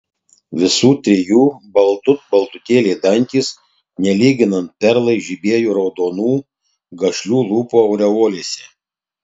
visų trijų baltut baltutėliai dantys nelyginant perlai žibėjo raudonų gašlių lūpų aureolėse